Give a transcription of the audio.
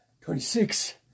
twenty-six